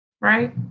right